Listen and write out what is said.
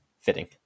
fitting